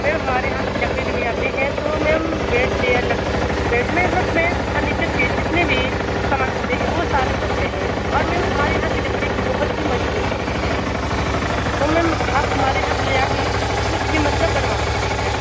ma'am हमारे यहाँ से लकड़ी ले कर जाते हैं तो मैम बेड चेयर लक बेड में मतलब मैम फर्नीचर के जितने भी समान होते हैं वो सारे बनते हैं और मैम हमारे यहाँ की लकड़ी भी बहुत मज़बूत होती है तो मैम आप हमारे यहाँ से ले जा कर कुछ भी मतलब बनवा सकती हैं